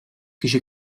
kişi